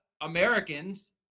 Americans